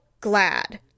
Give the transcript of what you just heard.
glad